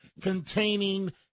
containing